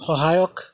সহায়ক